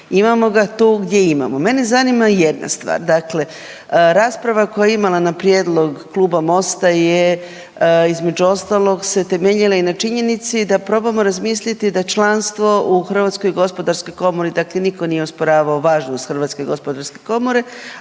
Imamo ga tu gdje imamo.